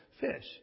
fish